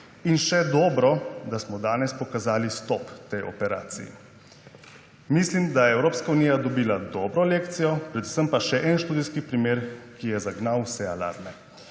In še dobro, da smo danes pokazali stop tej operaciji. Mislim, da je Evropska unija dobila dobro lekcijo, predvsem pa še en študijski primer, ki je zagnal vse alarme.